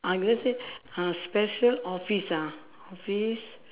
ah go say uh special office ah office